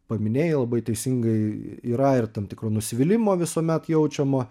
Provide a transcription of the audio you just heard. paminėjai labai teisingai yra ir tam tikro nusivylimo visuomet jaučiama